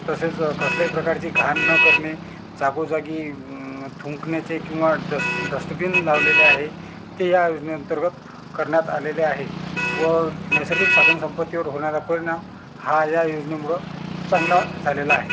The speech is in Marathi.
तसेच कसल्याही प्रकारची घाण न करणे जागोजागी थुंकण्याचे किंवा डस्ट डस्टबिन लावलेले आहे ते या योजने अंतर्गत करण्यात आलेले आहे व नैसर्गिक साधनसंपत्तीवर होणारा परिणाम हा या योजनेमुळं चांगला झालेला आहे